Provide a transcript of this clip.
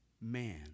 Man